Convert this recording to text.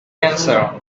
answer